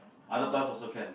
other toys also can